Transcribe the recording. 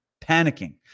Panicking